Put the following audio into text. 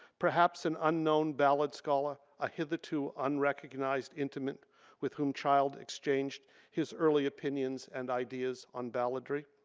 perhaps an unknown ballad scholar, a hither to unrecognized intimate with whom child exchanged his early opinions and ideas on balladry?